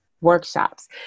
workshops